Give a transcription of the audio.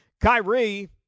Kyrie